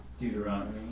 Deuteronomy